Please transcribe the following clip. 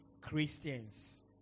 Christians